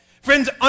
Friends